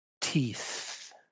teeth